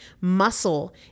Muscle